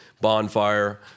bonfire